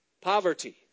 poverty